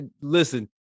listen